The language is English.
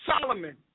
Solomon